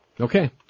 Okay